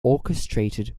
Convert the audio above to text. orchestrated